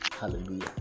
Hallelujah